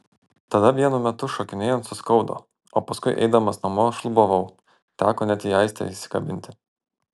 tada vienu metu šokinėjant suskaudo o paskui eidamas namo šlubavau teko net į aistę įsikabinti